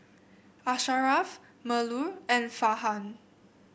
Asharaff Melur and Farhan